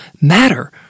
matter